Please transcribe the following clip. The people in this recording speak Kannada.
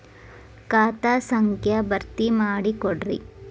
ಖಾತಾ ಸಂಖ್ಯಾ ಭರ್ತಿ ಮಾಡಿಕೊಡ್ರಿ